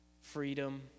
freedom